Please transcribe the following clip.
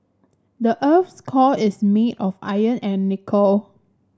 the earth's core is made of iron and nickel